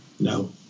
No